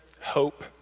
hope